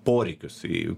poreikius jų